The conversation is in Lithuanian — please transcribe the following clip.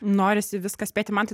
norisi viską spėti man tai